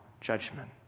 judgment